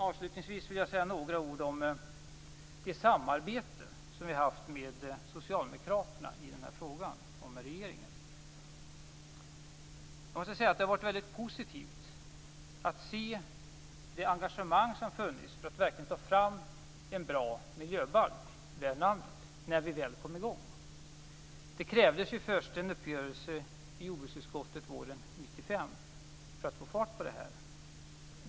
Avslutningsvis vill jag säga några ord om det samarbete som vi har haft med socialdemokraterna och med regeringen i den här frågan. Jag måste säga att det har varit mycket positivt att se det engagemang som har funnits för att när vi väl kom i gång verkligen ta fram en bra miljöbalk värd namnet. Det krävdes först en uppgörelse i jordbruksutskottet våren 1995 för att få fart på detta.